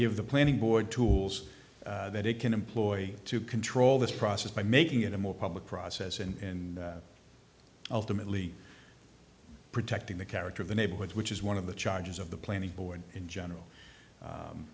give the planning board tools that they can employ to control this process by making it a more public process and ultimately protecting the character of the neighborhood which is one of the charges of the planning board in general